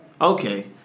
Okay